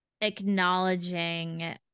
acknowledging